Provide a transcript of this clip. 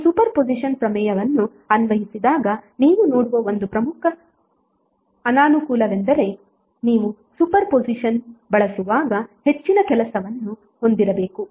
ನೀವು superposition ಪ್ರಮೇಯವನ್ನು ಅನ್ವಯಿಸುವಾಗ ನೀವು ನೋಡುವ ಒಂದು ಪ್ರಮುಖ ಅನಾನುಕೂಲವೆಂದರೆ ನೀವು ಸೂಪರ್ ಪೊಸಿಷನ್ ಬಳಸುವಾಗ ಹೆಚ್ಚಿನ ಕೆಲಸವನ್ನು ಹೊಂದಿರಬೇಕು